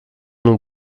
nous